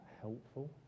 helpful